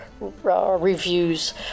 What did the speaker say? Reviews